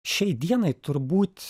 šiai dienai turbūt